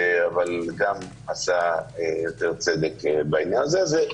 אבל גם עשה יותר צדק בעניין הזה.